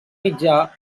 mitjà